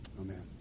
Amen